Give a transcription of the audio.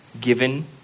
given